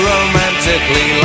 Romantically